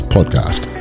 Podcast